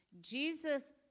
Jesus